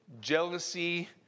Jealousy